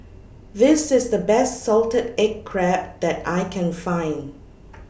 This IS The Best Salted Egg Crab that I Can Find